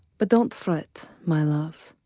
but don't fret, my love.